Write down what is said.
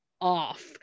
off